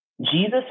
Jesus